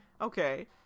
Okay